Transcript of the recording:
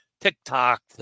TikTok